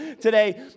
today